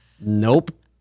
nope